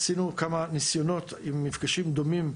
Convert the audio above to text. עשינו כמה ניסיונות עם מפגשים דומים.